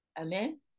Amen